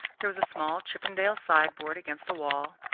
there was a small chippendale sideboard against the wall,